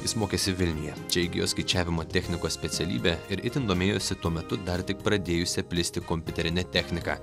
jis mokėsi vilniuje čia įgijo skaičiavimo technikos specialybę ir itin domėjosi tuo metu dar tik pradėjusia plisti kompiuterine technika